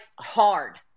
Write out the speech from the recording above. hard